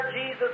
Jesus